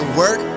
work